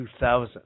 2000